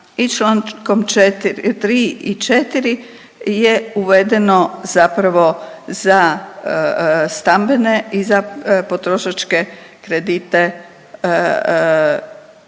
i čl. 4 i 3 i 4 je uvedeno zapravo za stambene i za potrošačke kredite koje